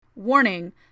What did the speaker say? Warning